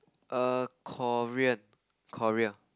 err Korean Korea